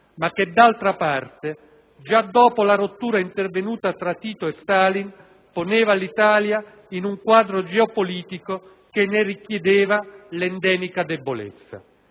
ma che d'altra parte, già dopo la rottura intervenuta tra Tito e Stalin, poneva l'Italia in un quadro geopolitico che ne richiedeva l'endemica debolezza.